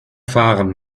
fahren